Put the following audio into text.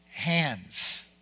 hands